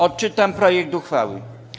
Odczytam projekt uchwały.